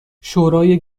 شورای